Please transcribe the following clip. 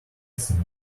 think